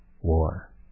war